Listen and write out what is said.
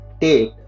take